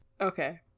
Okay